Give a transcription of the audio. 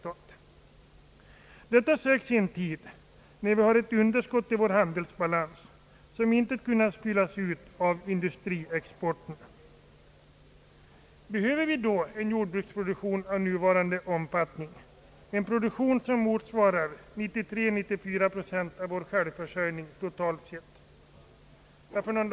Detta sägs i en tid när vi har ett underskott i vår handelsbalans som inte kunnat fyllas ut av industriexporten. Behöver vi då en jordbruksproduktion av nuvarande omfattning, en produktion som motsvarar 93—94 procent av vår självförsörjning totalt sett?